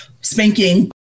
spanking